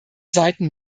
seiten